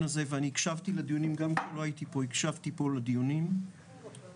ו-2024 שמבוסס על הנתונים בפועל שהיו